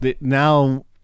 now